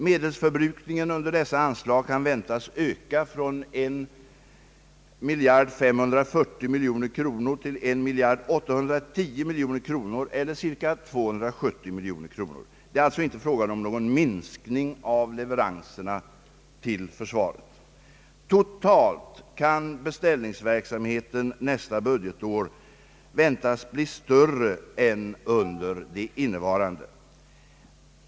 Medelsförbrukningen under dessa anslag kan väntas öka från 1540 miljoner kronor till 1 810 miljoner kronor eller med cirka 270 miljoner kronor. Det är alltså inte fråga om någon minskning av leveranserna till försvaret. Totalt kan beställningsverksamheten nästa budgetår väntas bli större än under det innevarande.